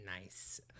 Nice